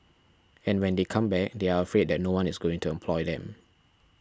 and when they come back they are afraid that no one is going to employ them